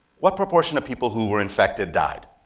what proportion of people who were infected died?